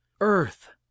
earth